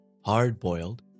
hard-boiled